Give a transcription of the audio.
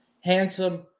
Handsome